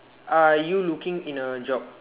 are you looking in a job